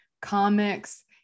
comics